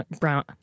Brown